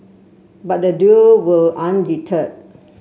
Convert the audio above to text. but the duo were undeterred